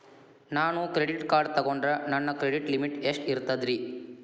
ನಾನು credit card ತೊಗೊಂಡ್ರ ನನ್ನ ಕ್ರೆಡಿಟ್ ಲಿಮಿಟ್ ಎಷ್ಟ ಇರ್ತದ್ರಿ?